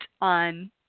on